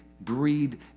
breed